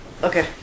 Okay